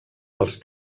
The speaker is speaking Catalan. els